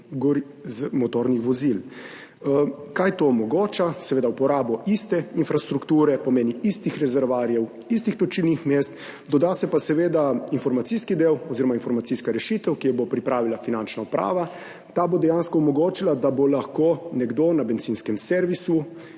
motornih vozil. Kaj to omogoča? Uporabo iste infrastrukture, pomeni istih rezervoarjev, istih plačilnih mest, doda se pa seveda informacijski del oziroma informacijska rešitev, ki jo bo pripravila Finančna uprava. Ta bo omogočila, da bo lahko nekdo na bencinskem servisu